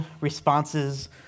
responses